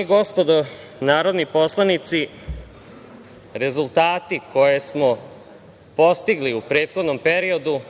i gospodo narodni poslanici, rezultati koje smo postigli u prethodnom periodu